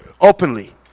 openly